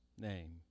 name